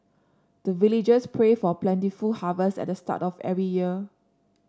the villagers pray for plentiful harvest at the start of every year